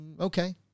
Okay